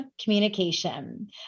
communication